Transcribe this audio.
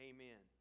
Amen